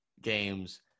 games